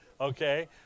okay